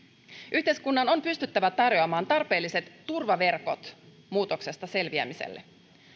yhteiskunnan on pystyttävä tarjoamaan tarpeelliset turvaverkot muutoksesta selviämiseen